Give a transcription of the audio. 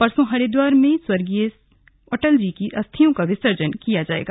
परसों हरिद्वार में स्वर्गीय अटल जी की अस्थियों का विसर्जन किया जाएगा